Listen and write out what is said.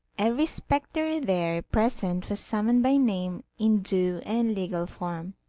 every spectre there present was summoned by name in due and legal form.